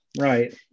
Right